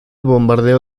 bombardeo